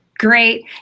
Great